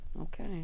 Okay